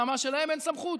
אלא מה, להם אין סמכות: